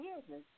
business